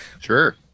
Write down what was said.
Sure